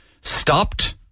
stopped